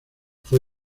fue